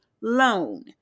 loan